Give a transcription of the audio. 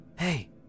Hey